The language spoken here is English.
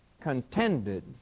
contended